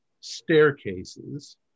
staircases